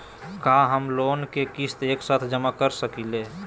का हम लोन के किस्त एक साथ जमा कर सकली हे?